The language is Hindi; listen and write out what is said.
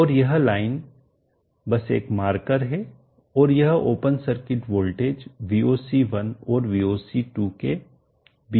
और यह लाइन बस एक मार्कर है और यह ओपन सर्किट वोल्टेज VOC1 और VOC2 के बीच में है